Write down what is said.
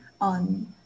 on